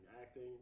Acting